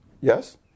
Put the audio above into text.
yes